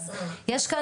וכל אנשי